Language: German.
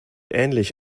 ähnlich